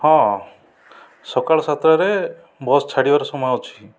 ହଁ ସକାଳ ସାତଟାରେ ବସ୍ ଛାଡ଼ିବାର ସମୟ ଅଛି